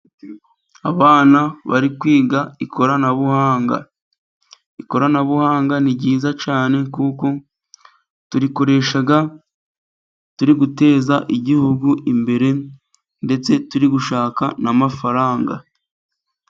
Abana bari kwiga ikoranabuhanga. Ikoranabuhanga ni ryiza cyane kuko turikoresha turi guteza igihugu imbere, ndetse turi gushaka n' amafaranga.